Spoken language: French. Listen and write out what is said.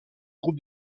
groupe